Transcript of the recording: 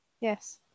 Yes